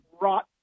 rot